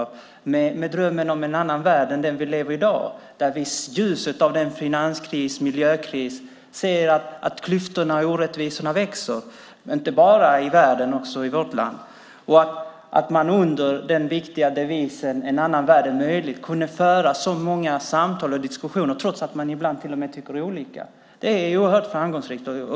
Dessa människor har en dröm om en annan värld än den vi i dag lever i där vi i ljuset av finanskris och miljökris ser att klyftorna och orättvisorna växer inte bara i övriga världen utan också i vårt eget land. Att man under den viktiga devisen "En annan värld är möjlig" kunde föra mängder av samtal och diskussioner, trots att man ibland tyckte olika, var en oerhörd framgång.